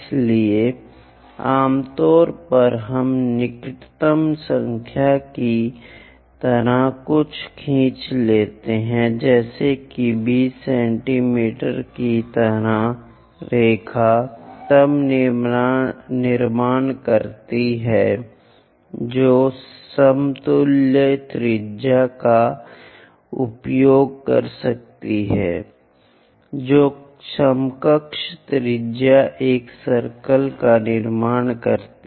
इसलिए आमतौर पर हम निकटतम संख्या की तरह कुछ खींचते हैं जैसे कि 20 सेंटीमीटर की तरह की रेखा तब निर्माण करती है जो समतुल्य त्रिज्या का उपयोग कर सकती है जो समकक्ष त्रिज्या एक सर्कल का निर्माण करती है